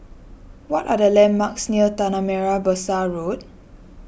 what are the landmarks near Tanah Merah Besar Road